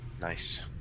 Nice